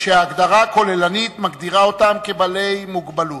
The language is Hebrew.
שההגדרה הכוללנית מגדירה אותם כבעלי מוגבלות.